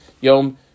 Yom